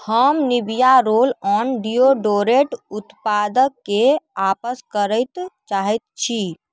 हम Nivea roll on deodorant उत्पादकके आपस करैत चाहैत छी